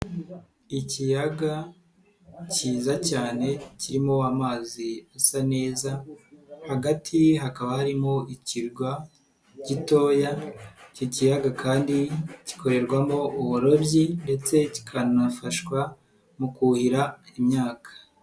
Ikiyaga cyiza cyane kirimo amazi asa neza hagati hakaba harimo ikirwa gitoya iki kiyaga kandi gikorerwamo uburobyi ndetse kikanafashwa mu kuhira imyaka.